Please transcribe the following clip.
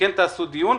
שכן תקיימו דיון,